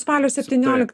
spalio septynioliktai